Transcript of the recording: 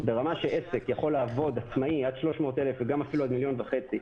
ברמה שעסק עצמאי יכול לעבוד עד 300,000 שקל ואפילו עד 1.5 מיליון שקל,